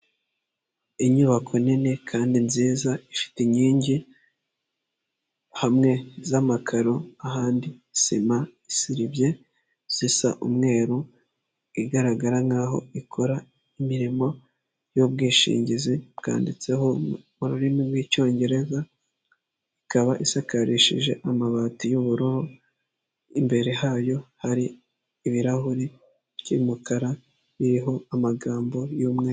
Inyubako nini kandi nziza ifite inkingi hamwe z'amakaro ahandi sima isilibye zisa umweru igaragara nkaho ikora imirimo y'ubwishingizi bwanditseho mu rurimi rw'icyongereza ikaba isakarishije amabati y'ubururu, imbere hayo hari ibirahuri by'umukara biriho amagambo y'umweru.